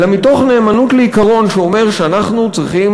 אלא מתוך נאמנות לעיקרון שאומר שאנחנו צריכים